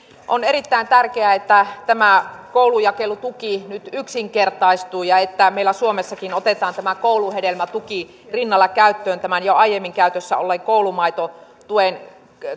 on erittäin tärkeää että tämä koulujakelutuki nyt yksinkertaistuu ja että meillä suomessakin otetaan tämä kouluhedelmätuki tämän jo aiemmin käytössä olleen koulumaitotuen